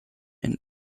and